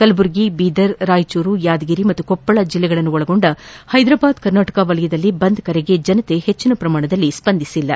ಕಲಬುರಗಿ ಬೀದರ್ ರಾಯಚೂರು ಯಾದಗಿರಿ ಮತ್ತು ಕೊಪ್ಪಳ ಜಿಲ್ಲೆಗಳನ್ನೊಳಗೊಂಡ ಹೈದರಾಬಾದ್ ಕರ್ನಾಟಕ ವಲಯದಲ್ಲಿ ಬಂದ್ ಕರೆಗೆ ಜನತೆ ಹೆಚ್ಚಿನ ಪ್ರಮಾಣದಲ್ಲಿ ಸ್ಪಂದಿಸಿಲ್ಲ